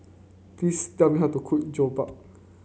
please tell me how to cook Jokbal